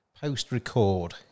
post-record